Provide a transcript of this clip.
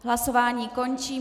Hlasování končím.